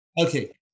Okay